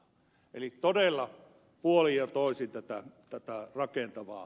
eli todella puolin ja toisin tätä rakentavaa